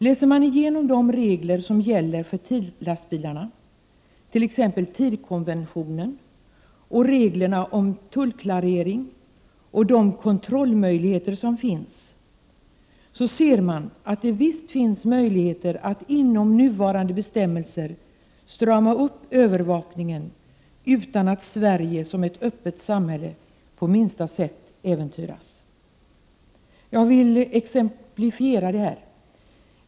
Läser man igenom de regler som gäller för TIR-lastbilarna, t.ex. TIR-konventionen, och reglerna om tullklarering och de kontrollmöjligheter som finns, ser man att det visst finns möjligheter att inom nuvarande bestämmelser strama upp övervakningen utan att Sverige som ett öppet samhälle på minsta sätt äventyras. Jag vill exemplifiera detta.